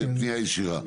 פנייה ישירה.